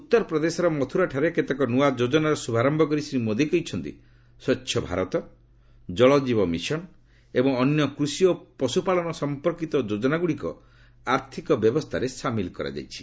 ଉତ୍ତର ପ୍ରଦେଶର ମଥୁରାଠାରେ କେତେକ ନୂଆ ଯୋଜନାର ଶୁଭାରିୟ କରି ଶ୍ରୀ ମୋଦି କହିଛନ୍ତି ସ୍ୱଚ୍ଛ ଭାରତ ଜଳଜୀବ ମିଶନ ଏବଂ ଅନ୍ୟାନ୍ୟ କୃଷି ଓ ପଶୁପାଳନ ସମ୍ପର୍କିତ ଯୋଜନାଗୁଡ଼ିକ ଆର୍ଥକ ବ୍ୟବସ୍ଥାରେ ସାମିଲ୍ କରାଯାଇଛି